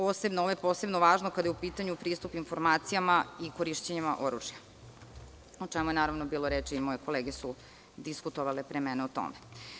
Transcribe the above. Ovo je posebno važno kada je u pitanju pristup informacijama i korišćenjima oružja, o čemu je naravno bilo reči i moje kolege su pre mene diskutovale o tome.